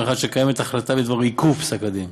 מאחר שקיימת החלטה בדבר עיכוב פסק-הדין.